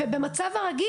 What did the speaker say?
ובמצב הרגיל,